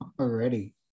already